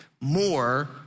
more